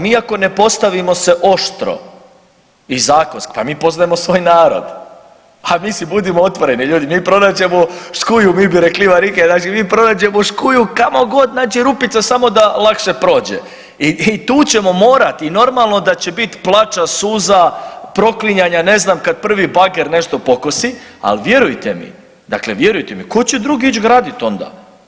Mi ako se ne postavimo oštro i zakon, pa mi poznajemo svoj narod, pa mislim budimo otvoreni ljudi, mi pronađemo škuju, mi bi rekli varige, znači mi pronađemo škuju kamo god, znači rupica samo da lakše prođe i tu ćemo morati i normalno da će biti plača, suza, proklinjanja ne znam kad prvi bager nešto pokosi, ali vjerujte mi, dakle vjerujte mi tko će drugi ići gradit onda.